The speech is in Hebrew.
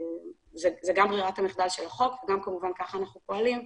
זו גם ברירת המחדל של החוק וגם כמובן כך אנחנו פועלים,